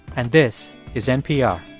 and this is npr